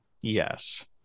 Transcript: Yes